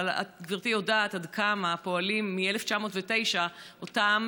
אבל גברתי יודעת עד כמה פועלים מ-1909 אותם